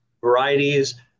varieties